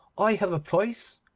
i have a price.